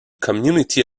community